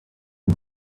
but